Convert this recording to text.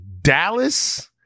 Dallas